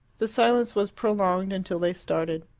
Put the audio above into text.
the silence was prolonged until they started.